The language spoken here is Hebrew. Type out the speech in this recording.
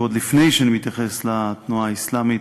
ועוד לפני שאני מתייחס לתנועה האסלאמית,